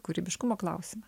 kūrybiškumo klausimą